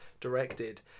directed